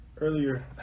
Earlier